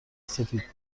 سفید